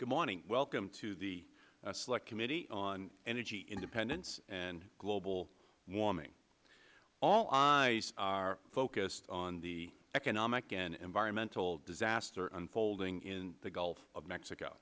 good morning welcome to the select committee on energy independence and global warming all eyes are focused on the economic and environmental disaster unfolding in the gulf of mexico